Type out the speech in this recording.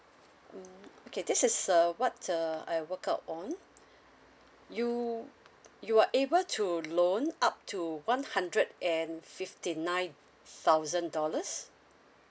mm okay this is uh what's err I work out on you you are able to loan up to one hundred and fifty nine thousand dollars